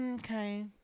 Okay